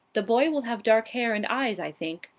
the boy will have dark hair and eyes i think,